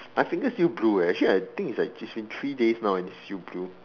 my finger's still blue eh actually I think it's like it's been three days now and it's still blue